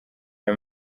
aya